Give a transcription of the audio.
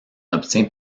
obtient